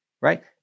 Right